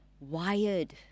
wired